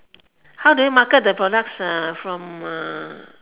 how do you market the products uh from uh